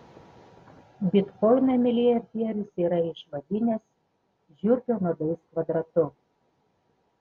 bitkoiną milijardierius yra išvadinęs žiurkių nuodais kvadratu